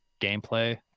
gameplay